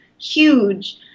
huge